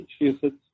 Massachusetts